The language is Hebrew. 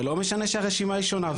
זה לא משנה שהרשימה היא שונה.